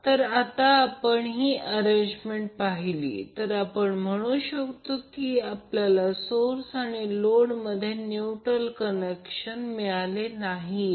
जर आता आपण ही अरेंजमेंट पाहिली तर आपण म्हणू शकतो की आपल्याला सोर्स आणि लोड मध्ये न्यूट्रल कनेक्शन मिळाले नाहीये